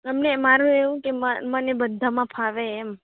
અમને મારું એવું કે મઅ મને બધાંમાં ફાવે એમ